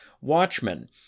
Watchmen